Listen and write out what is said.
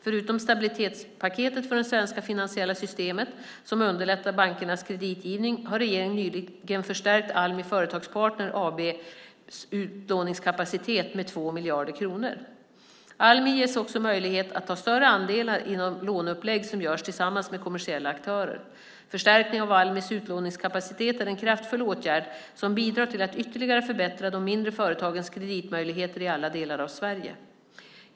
Förutom stabilitetspaketet för det svenska finansiella systemet, som underlättar bankernas kreditgivning, har regeringen nyligen förstärkt Almi Företagspartner AB:s utlåningskapacitet med 2 miljarder kronor. Almi ges också möjlighet att ta större andelar i de låneupplägg som görs tillsammans med kommersiella aktörer. Förstärkningen av Almis utlåningskapacitet är en kraftfull åtgärd som bidrar till att ytterligare förbättra de mindre företagens kreditmöjligheter i alla delar av Sverige.